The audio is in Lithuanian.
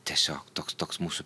tiesiog toks toks mūsų